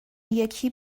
یکی